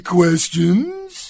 questions